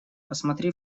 посмотри